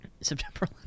September